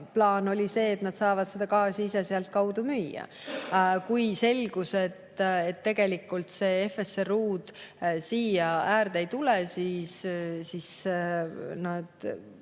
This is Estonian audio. oli see, et nad saavad seda gaasi ise sealt kaudu müüa. Kui selgus, et tegelikult seda FSRU-d siia [kai] äärde ei tule, siis nad